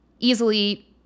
easily